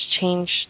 change